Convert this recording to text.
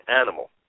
animal